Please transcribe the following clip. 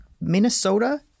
Minnesota